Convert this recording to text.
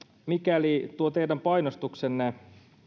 mikäli tuo teidän painostuksenne